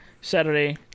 saturday